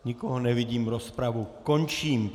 Nikoho nevidím, rozpravu končím.